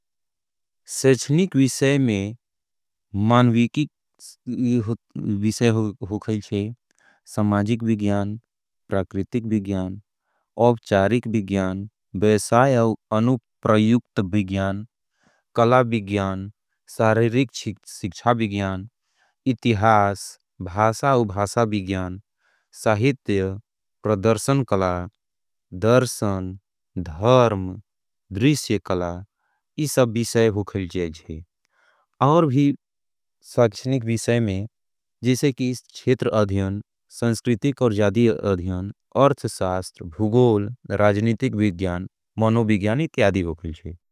सेच्छनिक विषय में मानवीकिक विषय हो खई छे, समाजिक विज्ञान, प्रकृतिक विज्ञान, आपचारिक विज्ञान, बैसायाव अनुप्रयूक्त विज्ञान, कला विज्ञान, सारेरिक सिख्छा विज्ञान, इतिहास, भासावभासा विज्ञान, साहित्य, प्रधर्म, द्रिश्य, कला, यी सब विषय हो खई छे, आओर भी साक्छनिक विषय में, जैसे की छेत्र अध्यन, संस्कृतिक और जादी अध्यन, अर्थशास्त्र, भुगोल, राजनितिक विज्ञान, मानवीज्ञान, यी त्यादी हो खई छे।